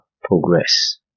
progress